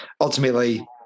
Ultimately